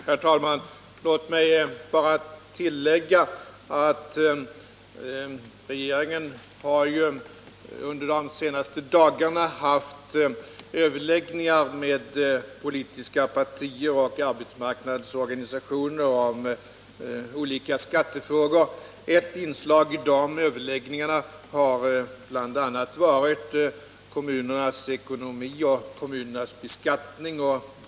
Herr talman! Låt mig bara tillägga att regeringen under de senaste dagarna har haft överläggningar i olika skattefrågor med politiska partier och arbetsmarknadsorganisationer. Ett inslag i dessa överläggningar har bl.a. varit kommunernas ekonomi och deras beskattning.